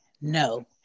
No